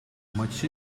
maçı